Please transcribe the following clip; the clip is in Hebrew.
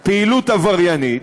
בו פעילות עבריינית.